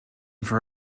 for